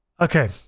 Okay